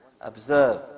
observe